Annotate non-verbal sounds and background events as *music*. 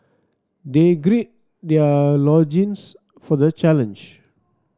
they grey their *unintelligible* for the challenge